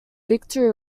victory